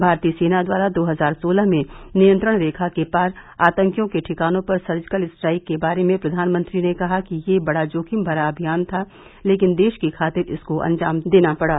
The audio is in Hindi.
भारतीय सेना द्वारा दो हजार सोलह में नियंत्रण रेखा के पार आतंकियों के ठिकानों पर सर्जिकल स्ट्राइक के बारे में प्रधानमंत्री ने कहा कि यह बड़ा जोखिम भरा अभियान था लेकिन देश की खातिर इसको अंजाम देना पड़ा